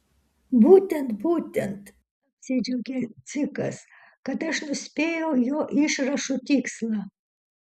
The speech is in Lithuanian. būtent būtent apsidžiaugė dzikas kad aš nuspėjau jo išrašų tikslą